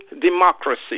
democracy